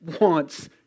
wants